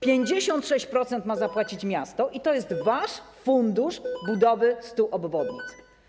56% ma zapłacić miasto i to jest wasz fundusz budowy 100 obwodnic.